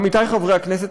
עמיתי חברי הכנסת,